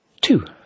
two